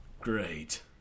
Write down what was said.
Great